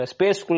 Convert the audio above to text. Space